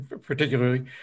particularly